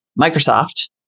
Microsoft